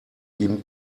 ihm